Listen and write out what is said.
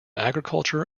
agricultural